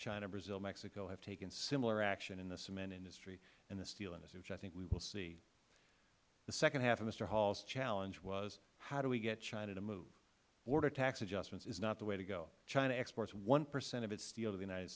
china brazil mexico have taken similar action in the cement industry and the steel industry which i think we will see the second half of mister hall's challenge was how do we get china to move border tax adjustments is not the way to go china exports one percent of its steel to the united